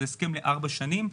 זה הסכם לארבע שנים,